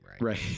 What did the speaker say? right